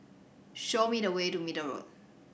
show me the way to Middle Road